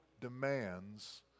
demands